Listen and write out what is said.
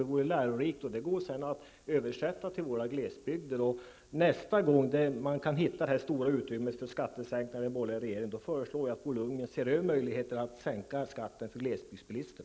Det vore lärorikt, och det går säkert att tillämpa på våra glesbygder. Nästa gång den borgerliga regeringen finner ett stort utrymme för skattesänkningar, föreslår jag att Bo Lundgren ser över möjligheterna att sänka skatten för glesbygdsbilismen.